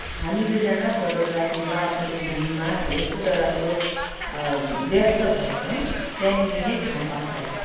हामी दुईजना फोटोग्राफीमा अब त्यो भ्युमा हामी यस्तो डरलाग्दो व्यस्त भएछौँ त्यहाँनिर नै घाम अस्तायो